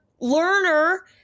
learner